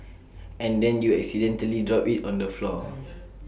and then you accidentally drop IT on the floor